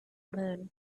moon